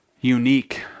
unique